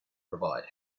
provide